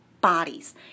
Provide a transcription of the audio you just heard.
bodies